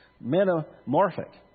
Metamorphic